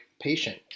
patient